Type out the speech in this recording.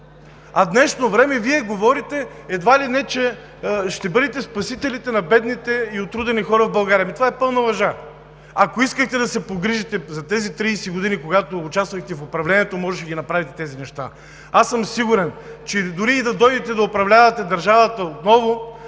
в днешно време Вие говорите едва ли не, че ще бъдете спасителите на бедните и отрудени хора в България. Ами това е пълна лъжа! Ако искахте да се погрижите, за тези 30 години, когато участвахте в управлението, можехте да ги направите тези неща. Аз съм сигурен, че дори и да дойдете да управлявате държавата отново,